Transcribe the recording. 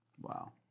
Wow